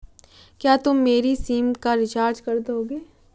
क्या तुम मेरी सिम का रिचार्ज कर दोगे?